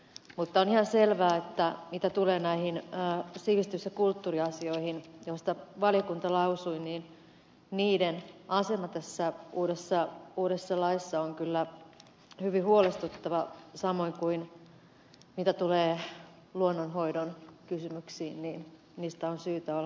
mutta on ihan selvää mitä tulee näihin sivistys ja kulttuuriasioihin joista valiokunta lausui että niiden asema tässä uudessa laissa on kyllä hyvin huolestuttava samoin kuin mitä tulee luonnonhoidon kysymyksiin niin niistä on syytä olla huolissaan kuten ed